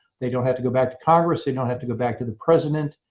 they don't have to go back to congress. they don't have to go back to the president.